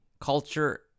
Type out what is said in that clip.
culture